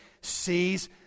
sees